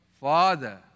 Father